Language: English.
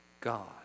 God